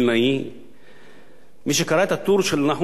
מי שקרא את הטור של נחום ברנע השבוע בעיתון,